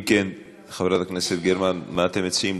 אם כן, חברת הכנסת גרמן, מה אתם מציעים?